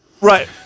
Right